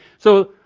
so